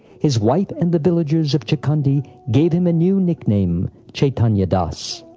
his wife and the villagers of chakhandi gave him a new nickname chaitanya das.